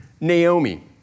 Naomi